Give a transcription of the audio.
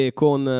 con